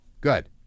Good